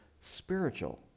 spiritual